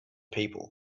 people